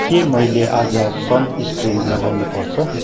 के मैले आज सनस्क्रिन लगाउनु पर्छ